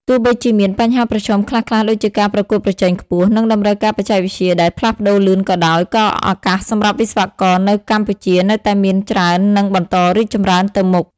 ទោះបីជាមាន បញ្ហាប្រឈមខ្លះៗដូចជាការប្រកួតប្រជែងខ្ពស់ និងតម្រូវការបច្ចេកវិទ្យាដែលផ្លាស់ប្ដូរលឿនក៏ដោយក៏ឱកាសសម្រាប់វិស្វករនៅកម្ពុជានៅតែមានច្រើននិងបន្តរីកចម្រើនទៅមុខ។